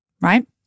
Right